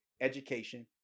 education